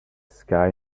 sky